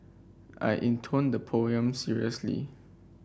I intoned the poem seriously